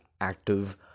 active